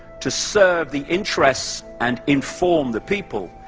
to serve the interests and inform the people.